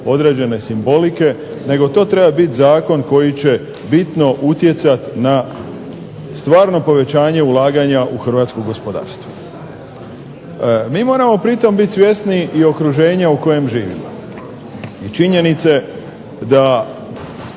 određene simbolike nego to treba biti zakon koji će bitno utjecati na stvarno povećanje ulaganja u hrvatsko gospodarstvo. Mi moramo pritom bit svjesni i okruženja u kojem živimo i činjenice da